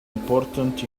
important